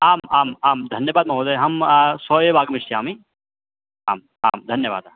आम् आम् आं धन्यवादः महोदय अहं श्वः एव आगमिष्यामि आम् आं धन्यवादः